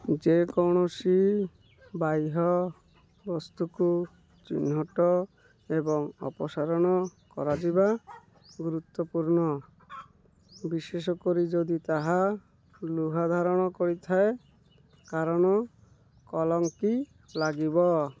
ଯେକୌଣସି ବାହ୍ୟ ବସ୍ତୁକୁ ଚିହ୍ନଟ ଏବଂ ଅପସାରଣ କରାଯିବା ଗୁରୁତ୍ୱପୂର୍ଣ୍ଣ ବିଶେଷ କରି ଯଦି ତାହା ଲୁହା ଧାରଣ କରିଥାଏ କାରଣ କଳଙ୍କି ଲାଗିବ